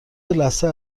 لثه